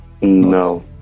no